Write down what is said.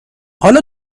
حالا